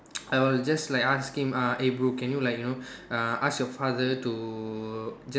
I will just like ask him uh eh bro can you like you know uh ask your father to ju~